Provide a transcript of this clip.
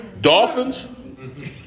Dolphins